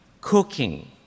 cooking